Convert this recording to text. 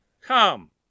come